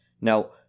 Now